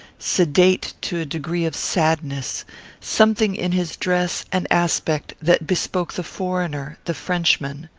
sedate to a degree of sadness something in his dress and aspect that bespoke the foreigner, the frenchman.